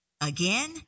Again